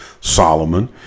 Solomon